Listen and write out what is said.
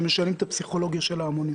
שמשנים את הפסיכולוגיה של ההמונים.